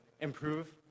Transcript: improve